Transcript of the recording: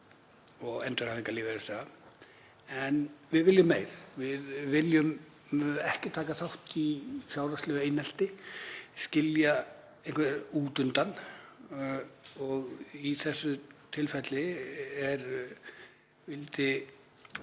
og endurhæfingarlífeyrisþega. En við viljum meira. Við viljum ekki taka þátt í fjárhagslegu einelti, skilja einhverja út undan og í þessu tilfelli vildi